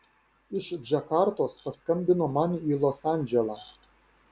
iš džakartos paskambino man į los andželą